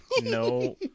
No